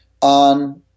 on